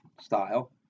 style